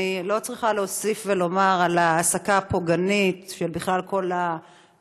אני לא צריכה להוסיף ולומר על ההעסקה הפוגענית בכל הנושא